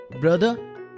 Brother